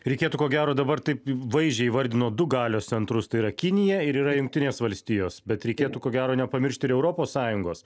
reikėtų ko gero dabar taip vaizdžiai įvardinot du galios centrus tai yra kinija ir yra jungtinės valstijos bet reikėtų ko gero nepamiršt ir europos sąjungos